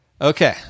Okay